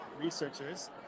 researchers